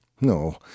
No